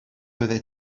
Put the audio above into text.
oeddet